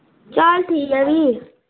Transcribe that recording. चल ठीक ऐ फ्ही